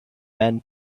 men